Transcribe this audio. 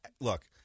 Look